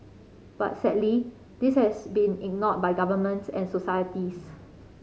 but sadly this has been ignored by governments and societies